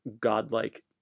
godlike